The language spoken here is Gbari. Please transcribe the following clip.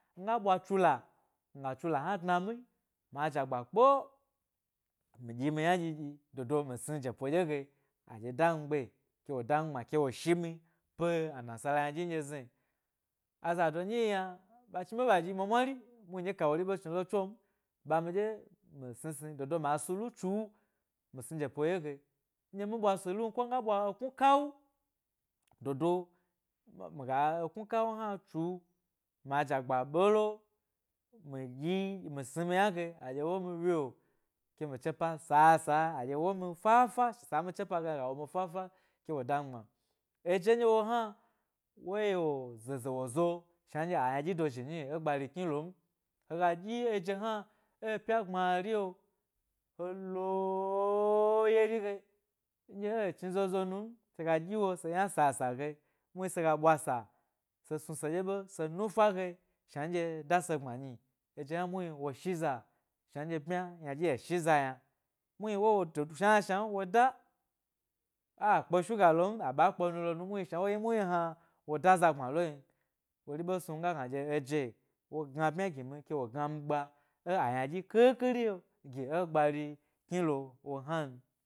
Nga bwa jula nga jula hna dna mi ma jagba kpeo, mi dyi mi yna dyidyi dodo mi sni jepo dye ge a dye da mi gbe ke wo da mi gbma ke wo shi mi pe a nasala ynadyi ndye zna, azado nyi yi yna ba chniɓe ɓa dyi mwamwari midye ka wori ɓe chni lo tso m, ɓa midye mi sni sni dodo ma sulu tsu mi sni jepo dye ge ndye mi ɓwa suke un ko mi ga bwa knukawu, dodo mi miga eknu kawu hna tsu mi dyi mi sni mi yna ge adye wo mi wyo ke mi chepa sasa adye wo mi fa fa sa mi chepa ge yna ga womi fa-fa ke wo da mi gbma eje ndye hna wo ye wo zeze wo zo shnandye ayna dyi dozhi nyi e abari pyi lo m he ga dyi eje hna e-epya gbmari lo lo ooo yeri he ndye e chni zozo num se ga dyi wo se dyi wo se yna sasa ge muhni se ga ɓwa sa se snu sedye ɓe se nuta ge shnandye da se gbma nyi eje hna muhni wo shi za shnandye bmya ynadyi wo shi za yna muhni wo do shnashna m wo da a kpe susa lo m aɓa kpe nu lo nu m muhni shna wo hni muhni hna wo da za gbma lo n wori ɓe snu mi ga gna dye eje wo gna bmya gi mi ke wo gna mi gba e aynadyi khikhirio gi ė gbari kni lo wo hnan.